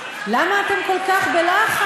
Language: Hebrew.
למה אתם כל כך בלחץ?